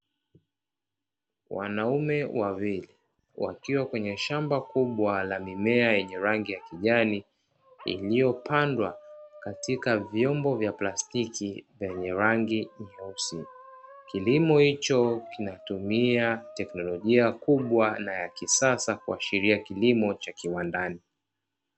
Wanaume wawili, wakiwa kwenye shamba kubwa la mimea yenye rangi ya kijani, iliyopandwa katika vyombo vya plastiki vyenye rangi nyeusi. Kilimo hicho kinatumia teknolojia kubwa na ya kisasa kuashiria kilimo cha kiwandani.